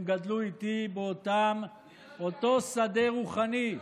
הם גדלו איתי באותו שדה רוחני.